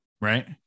right